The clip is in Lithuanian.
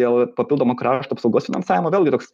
dėl papildomo krašto apsaugos finansavimo vėlgi toks